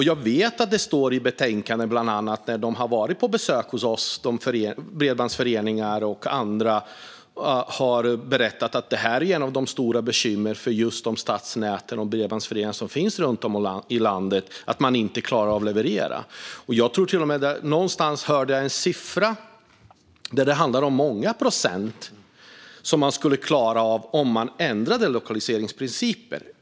Jag vet att det står i betänkandet att bredbandsföreningar och andra, när de varit på besök hos oss, har berättat att ett av de stora bekymren för stadsnäten och de bredbandsföreningar som finns runt om i landet är att de inte klarar av att leverera. Någonstans hörde jag en siffra som visade att man skulle klara av många procent om man förändrade lokaliseringsprincipen.